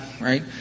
right